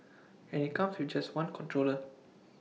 and IT comes with just one controller